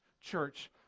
church